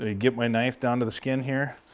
ah get my knife down to the skin here,